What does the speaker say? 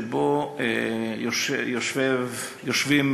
שבו יושבים